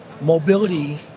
mobility